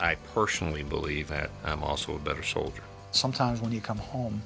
i personally believe that i'm also a better soldier sometimes when you come home